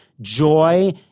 joy –